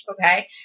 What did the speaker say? Okay